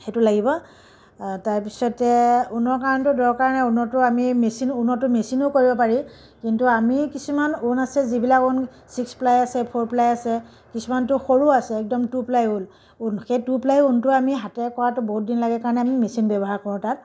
সেইটো লাগিব তাৰ পিছতে ঊণৰ কাৰণেতো দৰকাৰ নাই ঊণৰটো আমি মেচিন ঊণৰটো মেচিনেও কৰিব পাৰি কিন্তু আমি কিছুমান ঊণ আছে যিবিলাক ঊণ ছিক্স প্লাই আছে ফ'ৰ প্লাই আছে কিছুমানটো সৰু আছে একদম টু প্লাই ঊল ঊণ সেই টু প্লাই ঊণটো আমি হাতেৰে কৰাটো বহুত দিন লাগে কাৰণে আমি মেচিন ব্যৱহাৰ কৰোঁ তাত